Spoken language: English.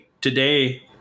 today